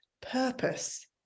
purpose